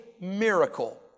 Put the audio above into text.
miracle